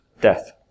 death